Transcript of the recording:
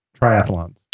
triathlons